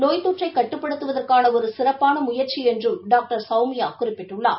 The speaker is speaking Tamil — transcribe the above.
நோய் தொற்றை கட்டுப்படுத்துவதற்கான ஒரு சிறப்பான முயற்சி என்றும் டாக்டர் சௌமியா குறிப்பிட்டுள்ளார்